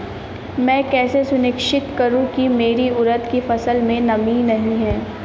मैं कैसे सुनिश्चित करूँ की मेरी उड़द की फसल में नमी नहीं है?